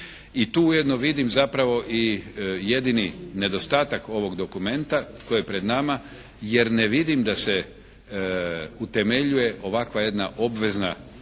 I tu ujedno vidim zapravo jedini nedostatak ovog dokumenta koji je pred nama, jer ne vidim da se utemeljuje ovakva jedna obvezna